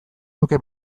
nuke